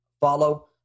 follow